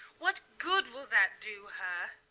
what good will that do her?